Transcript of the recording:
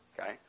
okay